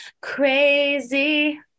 crazy